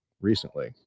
recently